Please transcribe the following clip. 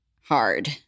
hard